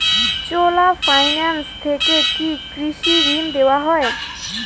চোলা finance থেকে কি কৃষি ঋণ দেওয়া হয়?